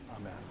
Amen